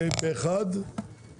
הצבעה בעד, פה אחד מיזוג ההצעות אושר.